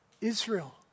Israel